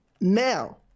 Now